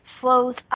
flows